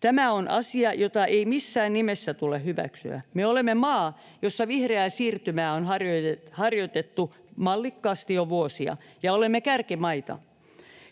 Tämä on asia, jota ei missään nimessä tule hyväksyä. Me olemme maa, jossa vihreää siirtymää on harjoitettu mallikkaasti jo vuosia, ja olemme kärkimaita.